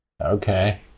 Okay